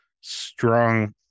strong